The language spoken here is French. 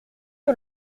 que